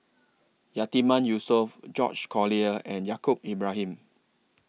Yatiman Yusof George Collyer and Yaacob Ibrahim